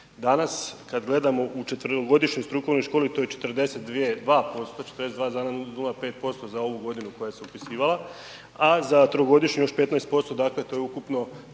Danas kad gledamo u četverogodišnjoj strukovnoj školi to je 42%, 42,05% za ovu godinu koja se upisivala, a za trogodišnju još 15%, dakle to je ukupno